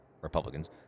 Republicans